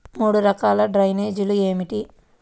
మూడు రకాల డ్రైనేజీలు ఏమిటి?